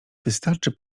wystarczy